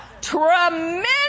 Tremendous